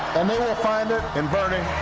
and they will find it in bernie.